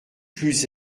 plus